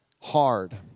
hard